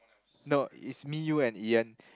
no it's me you and Ian